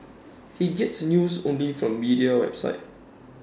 he gets news only from media websites